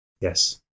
Yes